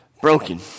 broken